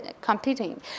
competing